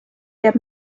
jääb